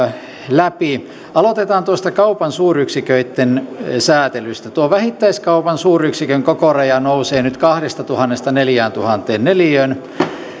läpi aloitetaan tuosta kaupan suuryksiköitten säätelystä vähittäiskaupan suuryksikön kokoraja nousee nyt kahdestatuhannesta neljääntuhanteen neliöön